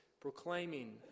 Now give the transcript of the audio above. proclaiming